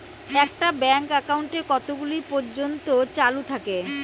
একটা bank account কতদিন পর্যন্ত চালু থাকে?